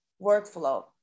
workflow